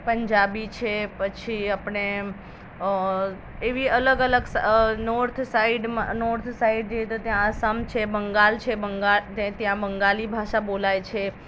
પંજાબી છે પછી આપણે એવી અલગ અલગ સ નોર્થ સાઈડમાં નોર્થ સાઇડ જઇએ તો ત્યાં આસામ છે બંગાળ છે બંગાળ તે ત્યાં બંગાળી ભાષા બોલાય છે